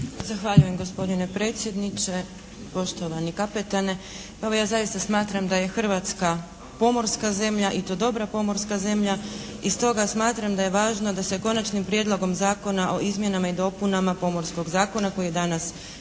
Zahvaljujem gospodine predsjedniče, poštovani kapetane. Pa evo, ja zaista smatram da je Hrvatska pomorska zemlja i to dobra pomorska zemlja i stoga smatram da je važno da se Konačnim prijedlogom Zakona o izmjenama i dopunama Pomorskog zakona koji je danas na